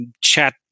chat